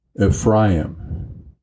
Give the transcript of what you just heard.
Ephraim